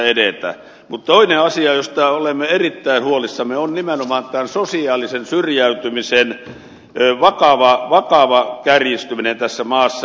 mutta toinen asia josta olemme erittäin huolissamme on nimenomaan tämän sosiaalisen syrjäytymisen vakava kärjistyminen tässä maassa